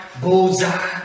bullseye